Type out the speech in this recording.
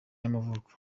y’amavuko